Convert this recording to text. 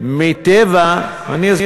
אבל איך הרווח עולה על, ?